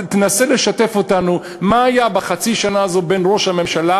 תנסה לשתף אותנו מה היה בחצי השנה הזאת בין ראש הממשלה